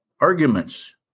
arguments